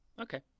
Okay